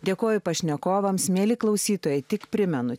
dėkojo pašnekovams mieli klausytojai tik primenu